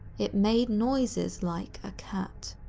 it made noises like a cat.